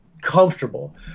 comfortable